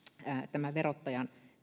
tämä verottajan